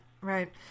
right